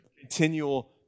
continual